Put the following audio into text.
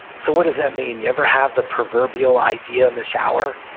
so what does that mean? you ever have the proverbial idea in the shower?